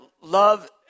love